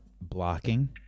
blocking